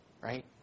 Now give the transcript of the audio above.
Right